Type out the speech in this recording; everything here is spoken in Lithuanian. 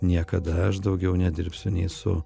niekada aš daugiau nedirbsiu nei su